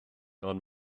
ond